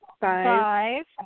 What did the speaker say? Five